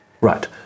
Right